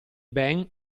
ben